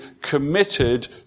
committed